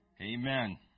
Amen